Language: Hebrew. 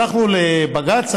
הלכנו לבג"ץ,